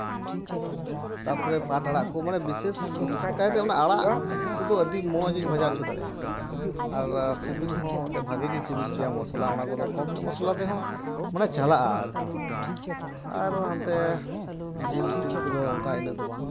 ᱛᱟᱯᱚᱨᱮ ᱯᱟᱴ ᱟᱲᱟᱜ ᱠᱚ ᱢᱟᱱᱮ ᱵᱤᱥᱮᱥ ᱠᱟᱭᱛᱮ ᱚᱱᱟ ᱟᱲᱟᱜ ᱠᱚᱫᱚ ᱟᱹᱰᱤ ᱢᱚᱡᱤᱧ ᱵᱷᱟᱡᱟ ᱦᱚᱪᱚ ᱫᱟᱲᱮᱭᱟᱜᱼᱟ ᱟᱨ ᱥᱤᱵᱤᱞ ᱦᱚᱸ ᱮᱱᱛᱮᱫ ᱵᱷᱟᱜᱮ ᱜᱮᱧ ᱥᱤᱵᱤᱞ ᱦᱚᱪᱚᱭᱟ ᱢᱚᱥᱞᱟ ᱚᱱᱟ ᱠᱚᱫᱚ ᱠᱚᱢ ᱧᱚᱜ ᱢᱚᱥᱞᱟ ᱛᱮᱦᱚᱸ ᱢᱟᱱᱮ ᱪᱟᱞᱟᱜᱼᱟ ᱟᱨᱠᱤ ᱟᱨ ᱦᱟᱱᱛᱮ ᱡᱤᱞᱼᱛᱤᱞ ᱠᱚᱫᱚ ᱚᱱᱠᱟ ᱤᱱᱟᱹᱜ ᱫᱚ ᱵᱟᱝ